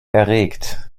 erregt